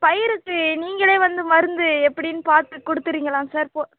பயிருக்கு நீங்களே வந்து மருந்து எப்படின்னு பார்த்து கொடுத்துறீங்களா சார் போ